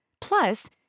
Plus